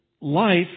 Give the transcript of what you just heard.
life